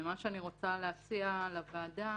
מה שאני רוצה להציע לוועדה